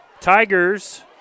Tigers